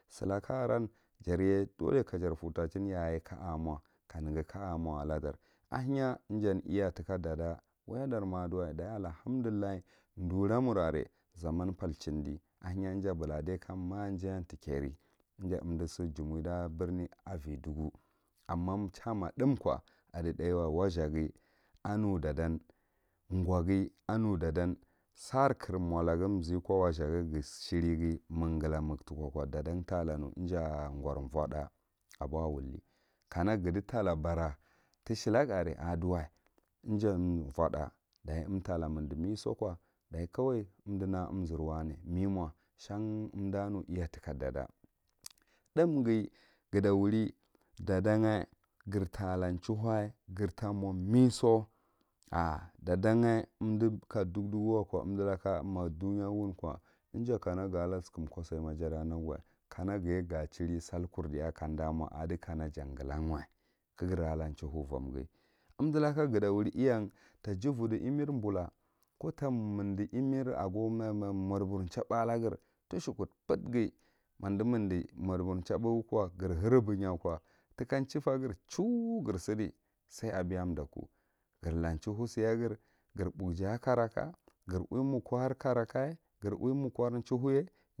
Silaka aran jarye doule ka dir putachin ya aye ka a mo ka neghi ka a mo uladar a henya ijani iya tika dada wanyatar ma aduway daye allahamdullah, dura mur are zaman palehindi ahennye ija bulade kanmah jayam tekeri iya umdu silumoi dako brine avi dugu, amma chai ma thum know aɗi thuwa yazthaghii anu ɗaɗan, ngoghi anu dadan sarre klmolaghy ziko wazhagan ghaerighi maguh mahala magwh tuko ɗadan talanu nja gorvitha abo wulli, kana ahuti tala bara tishelagu are aduwai njan votha, dachi umtala mindi misoko daui kawai umdi naha umzir wane me mo shan umdanu iya tika dada thumghi gata wuri dadanh gir tala chaulu gir tamo miso ar ɗaɗaah umdu laka ka duk suk wako umdulaka ma ɗuya wanko iya kana gala sukum kosaima jada diya kamda adi kana ja nhghalanwa ka gre la chauhu vomghi umdu laka ga ta wuni iyan to jufuɗi imir bula ko mirdi imirri aga me me madugar hathbe lagre tushekudpet ghi madi mirdi modugar hathbe gab ko gre zhrbena ko tika thufegre chuw gre side sail aba ako daku gre la chauhu siye gre, gre bokji ako karaka gre uwi mokkawar karaka gre uwi makkowar chauhuye.